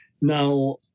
Now